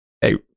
Hey